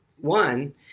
One